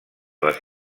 les